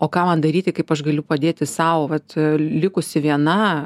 o ką man daryti kaip aš galiu padėti sau vat likusi viena